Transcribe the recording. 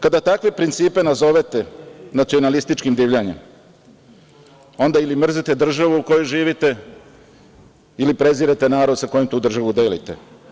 Kada takve principe nazovete nacionalističkim divljanjem, onda ili mrzite državu u kojoj živite ili prezirete narod sa kojim tu državu delite.